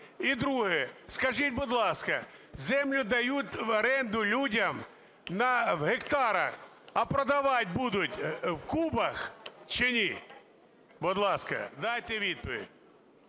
І друге. скажіть, будь ласка, землю дають в оренду людям у гектарах, а продавати будуть у кубах чи ні? Будь ласка, дайте відповідь.